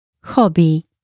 Hobby